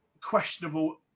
questionable